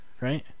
Right